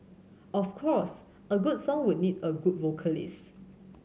of course a good song would need a good vocalist